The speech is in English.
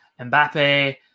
Mbappe